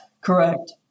Correct